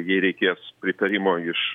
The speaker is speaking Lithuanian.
jai reikės pritarimo iš